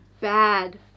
Bad